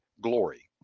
glory